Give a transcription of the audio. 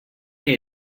que